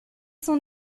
sont